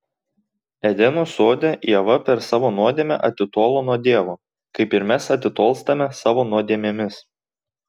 edeno sode ieva per savo nuodėmę atitolo nuo dievo kaip ir mes atitolstame savo nuodėmėmis